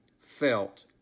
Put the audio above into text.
felt